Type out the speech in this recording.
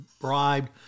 bribed